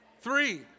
Three